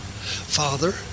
Father